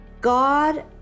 God